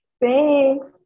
Thanks